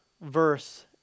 verse